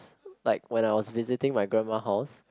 like when I was visiting my grandma house